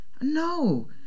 No